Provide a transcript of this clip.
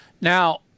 Now